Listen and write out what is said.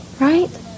Right